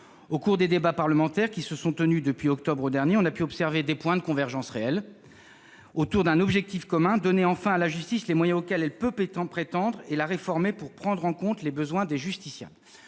Au cours des débats parlementaires qui se sont tenus depuis le mois d'octobre dernier, on a pu observer des points de convergence réelle autour d'un objectif commun : donner enfin à la justice les moyens auxquels elle peut prétendre et la réformer pour prendre en compte les besoins des justiciables.